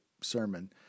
sermon